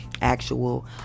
actual